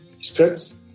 Scripts